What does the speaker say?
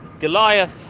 Goliath